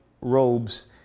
robes